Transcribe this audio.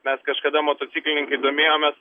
mes kažkada motociklininkai domėjomės